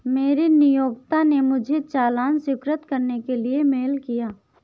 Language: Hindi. मेरे नियोक्ता ने मुझे चालान स्वीकृत करने के लिए मेल किया